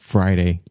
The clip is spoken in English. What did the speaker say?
Friday